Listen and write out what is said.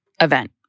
event